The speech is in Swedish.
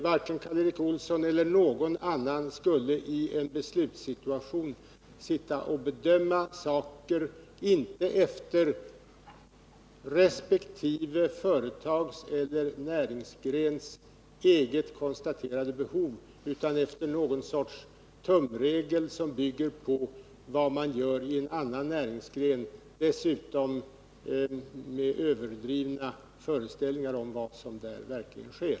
Varken Karl Erik Olsson eller någon annan skulle i en beslutssituation sitta och bedöma saker inte efter resp. företags eller näringsgrens eget konstaterade behov utan efter någon sorts tumregel som bygger på vad man gör i en annan näringsgren — dessutom med överdrivna föreställningar om vad som där verkligen sker.